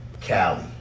Cali